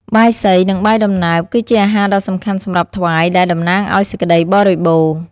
បាយសី និងបាយដំណើប គឺជាអាហារដ៏សំខាន់សម្រាប់ថ្វាយ ដែលតំណាងឲ្យសេចក្តីបរិបូរណ៍។